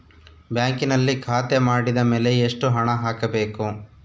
ಬ್ಯಾಂಕಿನಲ್ಲಿ ಖಾತೆ ಮಾಡಿದ ಮೇಲೆ ಎಷ್ಟು ಹಣ ಹಾಕಬೇಕು?